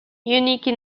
unique